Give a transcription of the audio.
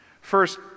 First